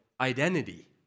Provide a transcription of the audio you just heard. identity